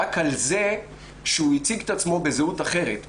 רק על זה שהוא הציג את עצמו בזהות אחרת.